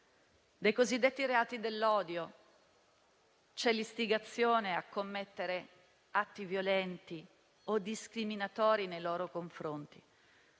dai cosiddetti reati dell'odio, cioè l'istigazione a commettere atti violenti o discriminatori nei loro confronti.